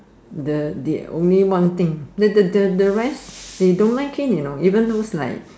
the only one thing the the the rice they don't like it you know even though is like